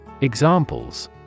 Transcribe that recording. Examples